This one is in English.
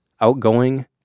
outgoing